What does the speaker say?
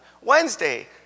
Wednesday